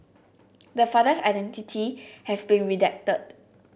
the father's identity has been redacted